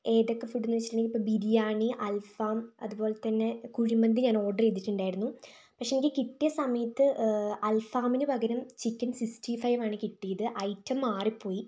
ഏതൊക്കെ ഫുഡ് എന്നു വച്ചിട്ടുണ്ടെങ്കിൽ ഇപ്പോൾ ബിരിയാണി അൽഫാം അതുപോലെത്തന്നെ കുഴിമന്തി ഞാൻ ഓർഡർ ചെയ്തിട്ടുണ്ടായിരുന്നു പക്ഷേ ഇത് കിട്ടിയ സമയത്ത് അൽഫാമിനു പകരം ചിക്കൻ സിക്സ്റ്റി ഫൈവ് ആണ് കിട്ടിയത് ഐറ്റം മാറിപ്പോയി